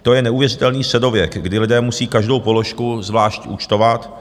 To je neuvěřitelný středověk, kdy lidé musí každou položku zvlášť účtovat.